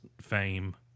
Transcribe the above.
fame